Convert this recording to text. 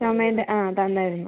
സമയം ആ തന്നായിരുന്നു